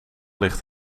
ligt